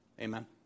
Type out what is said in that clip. Amen